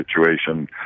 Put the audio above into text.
situation